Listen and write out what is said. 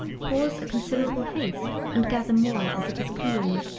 cause a considerable haste and gather more as it is cooling,